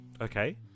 Okay